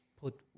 put